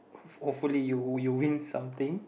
hopefully you'll win something